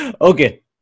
Okay